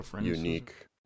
unique